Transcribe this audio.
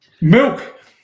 Milk